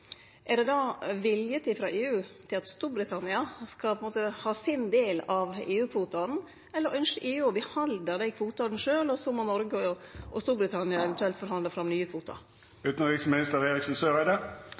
Er det frå EU vilje til at Storbritannia skal ha sin del av EU-kvotane, eller ynskjer EU å halde på dei kvotane sjølv, og så må Noreg og Storbritannia eventuelt forhandle fram nye